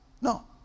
No